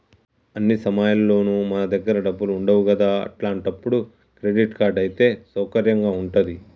అన్ని సమయాల్లోనూ మన దగ్గర డబ్బులు ఉండవు కదా అట్లాంటప్పుడు క్రెడిట్ కార్డ్ అయితే సౌకర్యంగా ఉంటది